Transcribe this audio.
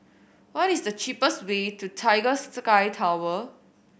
what is the cheapest way to Tiger Sky Tower